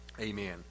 Amen